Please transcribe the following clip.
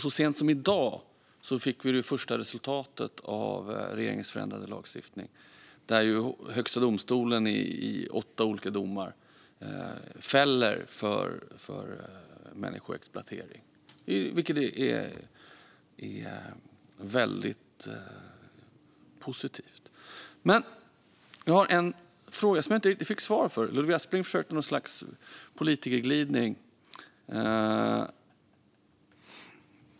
Så sent som i dag fick vi det första resultatet av regeringens förändrade lagstiftning. Högsta domstolen fäller i åtta olika domar för människoexploatering, vilket är positivt. Jag har en fråga som jag inte riktigt fick svar på, och Ludvig Aspling försökte sig på ett slags politikerglidning.